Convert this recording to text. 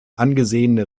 angesehene